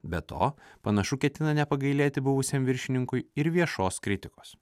be to panašu ketina nepagailėti buvusiam viršininkui ir viešos kritikos